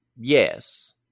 Yes